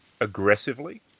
aggressively